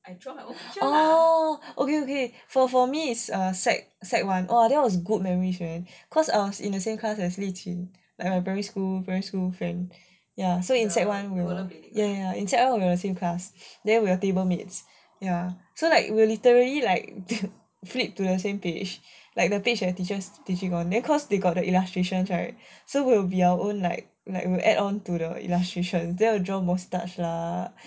oh oh okay okay for for me is sec sec one oh that was good memories man cause I was in the same class as li jun like my primary school primary school friend ya so in sec one ya ya in sec one we were same class then we are table mates ya so like we will literally like flip to the same page like the page that teachers teaching [one] cause they got the illustrations right so we will be on our own like like we will add on to the illustrations then we will draw moustache lah